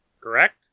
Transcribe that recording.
correct